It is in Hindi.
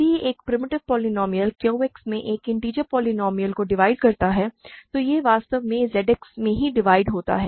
यदि एक प्रिमिटिव पोलीनोमिअल Q X में एक इन्टिजर पोलीनोमिअल को डिवाइड करता है तो यह वास्तव में Z X में ही डिवाइड होता है